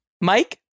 Mike